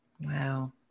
Wow